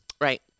right